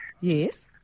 Yes